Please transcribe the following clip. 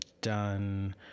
done